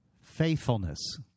Faithfulness